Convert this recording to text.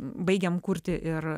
baigėm kurti ir